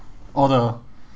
oh the